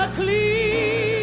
clean